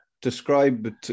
Describe